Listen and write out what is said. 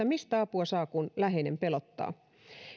mistä apua saa kun läheinen pelottaa